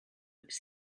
which